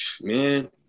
Man